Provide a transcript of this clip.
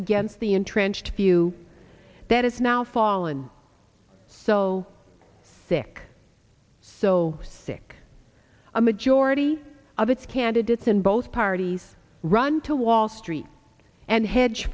against the entrenched view that has now fallen so sick so sick a majority of its candidates and both parties run to wall street and hedge